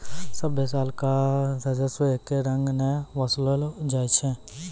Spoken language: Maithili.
सभ्भे साल कर राजस्व एक्के रंग नै वसूललो जाय छै